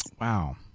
Wow